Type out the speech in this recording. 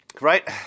right